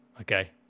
okay